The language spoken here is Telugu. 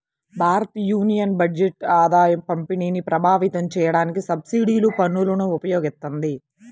భారతయూనియన్ బడ్జెట్ ఆదాయపంపిణీని ప్రభావితం చేయడానికి సబ్సిడీలు, పన్నులను ఉపయోగిత్తది